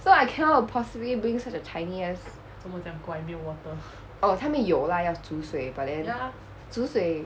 so I cannot possibly bring such a tiny ass oh 他们有 lah 要煮水 but then 煮水